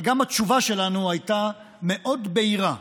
אבל גם התשובה שלנו הייתה מאוד בהירה: